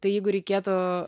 tai jeigu reikėtų